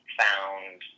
found